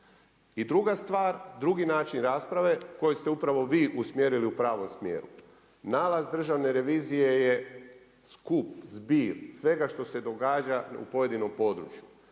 I druga stvar, drugi način rasprave, koji ste upravo vi usmjerili u pravom smjeru. Nalaz Državne revizije je skup, zbir svega što se događa u pojedinom području.